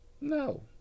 no